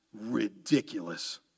ridiculous